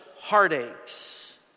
heartaches